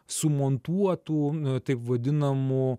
sumontuotų taip vadinamų